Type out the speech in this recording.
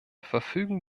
verfügen